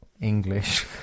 English